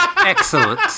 Excellent